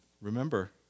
remember